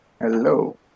Hello